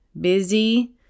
busy